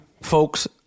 folks